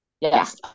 Yes